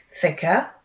thicker